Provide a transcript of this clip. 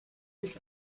nicht